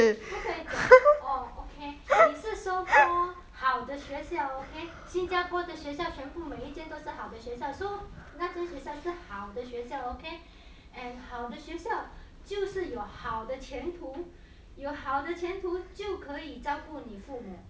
不可讲 orh okay 你是 so called 好的学校 okay 新加坡的的学校全部每一间都是好的学校 so 那间学校是好的学校 okay and 好的学校就是有好的前途有好的前途就可以照顾你父母